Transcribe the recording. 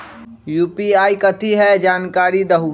UPI कथी है? जानकारी दहु